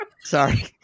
Sorry